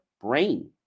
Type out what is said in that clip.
brain